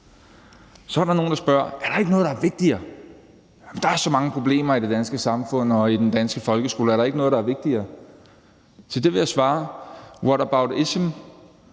Så er der nogen, der spørger: Er der ikke noget, der er vigtigere? Der er så mange problemer i det danske samfund og i den danske folkeskole. Er der ikke noget, der er vigtigere? Til det vil jeg svare: Whataboutism